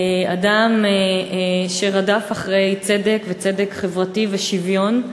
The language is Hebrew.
אדם שרדף צדק, וצדק חברתי ושוויון.